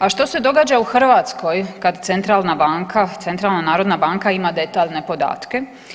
A što se događa u Hrvatskoj kad centralna banka, Centralna narodna banka ima detaljne podatke?